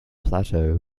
plateau